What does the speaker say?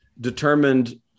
determined